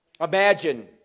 Imagine